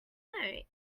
note